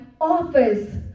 office